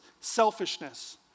selfishness